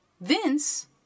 Vince